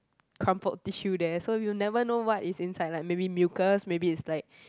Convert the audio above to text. crumpled tissue there so you'll never know what is inside like maybe mucus maybe is like